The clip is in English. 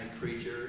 preacher